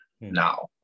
now